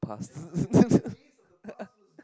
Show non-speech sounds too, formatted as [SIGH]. past [LAUGHS]